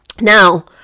Now